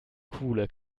coole